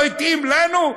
לא התאים לנו?